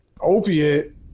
opiate